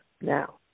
Now